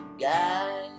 guys